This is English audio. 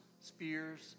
spears